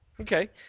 Okay